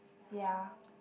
ya